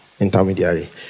Intermediary